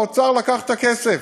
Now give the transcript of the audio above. האוצר לקח את הכסף.